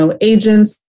agents